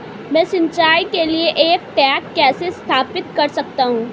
मैं सिंचाई के लिए एक टैंक कैसे स्थापित कर सकता हूँ?